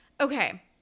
Okay